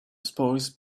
spoils